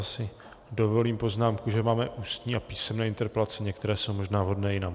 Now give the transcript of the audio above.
Já si dovolím poznámku, že máme ústní a písemné interpelace, některé jsou možná vhodné jinam.